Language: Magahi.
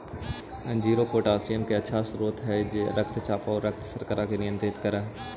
अंजीर पोटेशियम के अच्छा स्रोत हई जे रक्तचाप आउ रक्त शर्करा के नियंत्रित कर हई